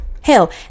hell